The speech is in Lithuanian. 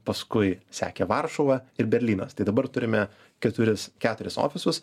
paskui sekė varšuva ir berlynas tai dabar turime keturis keturis ofisus